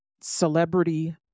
celebrity